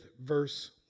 verse